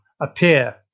appear